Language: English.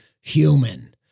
human